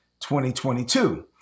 2022